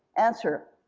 answer,